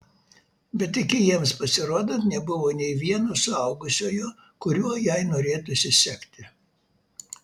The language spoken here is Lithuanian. bet iki jiems pasirodant nebuvo nė vieno suaugusiojo kuriuo jai norėtųsi sekti